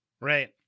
Right